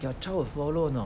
your child will follow or not